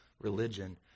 religion